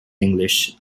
english